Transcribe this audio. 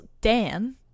Dan